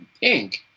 pink